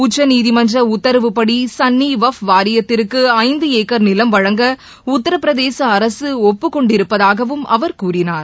உச்சநீதிமன்ற உத்தரவுப்படி சன்னி வக்ஃப் வாரியத்திற்கு ஐந்து ஏக்கர் நிலம் வழங்க உத்தரப்பிரதேச அரசு ஒப்புக்கொண்டிருப்பதாகவும் அவர் கூறினார்